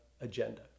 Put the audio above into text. agenda